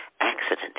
accident